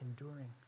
enduring